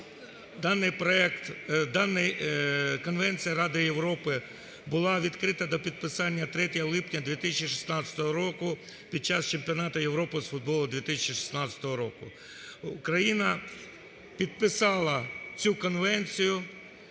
дана Конвенція Ради Європи була відкрита до підписання 3 липня 2016 року під час Чемпіонату Європи з футболу 2016 року. Україна підписала цю Конвенцію,